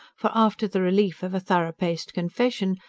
for, after the relief of a thorough-paced confession,